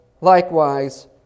Likewise